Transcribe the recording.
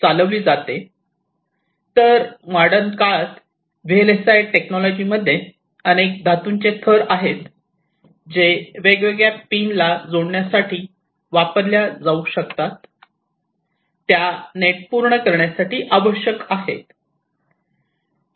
तर मॉडर्न काळात व्हीएलएसआय टेक्नॉलॉजीमध्ये अनेक धातूंचे थर आहेत जे वेगवेगळ्या पिनला जोडण्यासाठी वापरल्या जाऊ शकतात त्या नेट पूर्ण करण्यासाठी आवश्यक आहेत